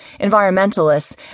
environmentalists